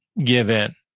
give in,